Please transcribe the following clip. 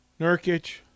Nurkic